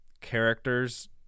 characters